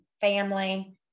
family